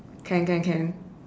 can can can